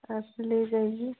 आप ले जाइए